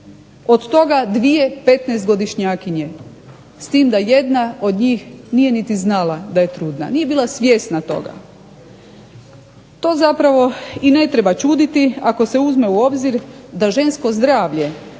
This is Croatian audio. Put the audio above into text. od toga dvije 15-godišnjakinje, s tim da jedna od njih nije niti znala da je trudna, nije bila svjesna toga. To zapravo i ne treba čuditi ako se uzme u obzir da žensko zdravlje